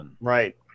Right